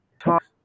talk